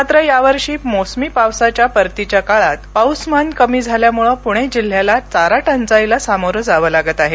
मात्र यावर्षी मोसमी पावसाच्या परतीच्या काळात पाऊसमान कमी झाल्यामुळं पुणे जिल्ह्याला चारा टंचाईला सामोरं जावं लागत आहे